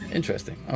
Interesting